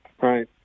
right